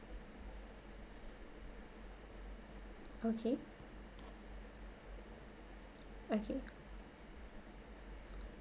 okay okay